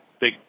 big